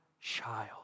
child